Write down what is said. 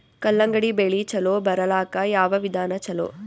ಕಲ್ಲಂಗಡಿ ಬೆಳಿ ಚಲೋ ಬರಲಾಕ ಯಾವ ವಿಧಾನ ಚಲೋ?